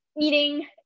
eating